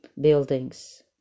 buildings